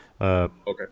Okay